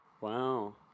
Wow